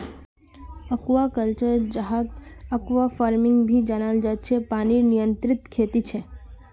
aquaculture, जहाक aquafarming भी जनाल जा छे पनीर नियंत्रित खेती छे